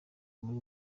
muri